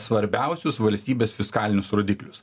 svarbiausius valstybės fiskalinius rodiklius